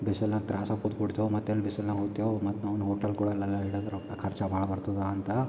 ಬಿಸಿಲ್ನಾಗೆ ತ್ರಾಸಾಗಿ ಕೂತ್ಬಿಡ್ತೇವು ಮತ್ತೆಲ್ಲಿ ಬಿಸಲ್ನಾಗ ಹೋಗ್ತಿವಿ ಮತ್ತು ನಾವ್ ಹೋಟಲ್ಗಳೆಲ್ಲ ರೊಕ್ಕ ಖರ್ಚಾ ಭಾಳ ಬರ್ತಾದ ಅಂತ